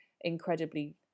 incredibly